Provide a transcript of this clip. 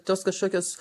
tos kažkokios